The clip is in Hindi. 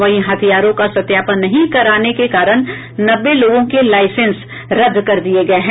वहीं हथियारों का सत्यापन नहीं कराने के कारण नब्बे लोगों के लाइसेंस रद्द कर दिए गए हैं